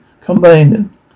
combined